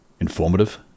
Informative